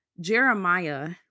Jeremiah